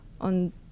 on